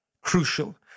crucial